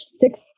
six